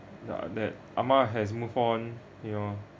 ah that ah-ma has moved on you know